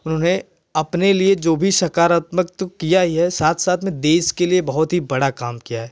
उन्होंने अपने लिए जो भी सकारात्मकत किया ही है साथ साथ में देश के लिए बहुत ही बड़ा काम किया है